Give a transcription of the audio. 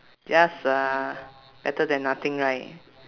just uh better than nothing right